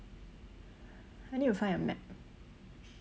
I need to find a map